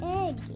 egg